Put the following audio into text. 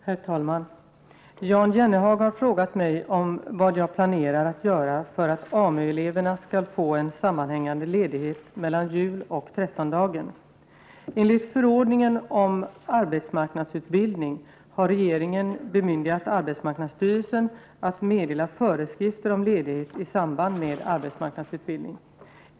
Herr talman! Jan Jennehag har frågat mig om vad jag planerar att göra för att AMU-eleverna skall få en sammanhängande ledighet mellan jul och trettondagen. Enligt förordningen om arbetsmarknadsutbildning har regeringen bemyndigat arbetsmarknadsstyrelsen att meddela föreskrifter om ledighet i samband med arbetsmarknadsutbildning.